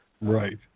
Right